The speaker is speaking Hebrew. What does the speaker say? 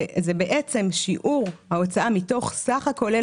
זה בעצם שיעור ההוצאה מתוך סך הכולל